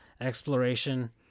exploration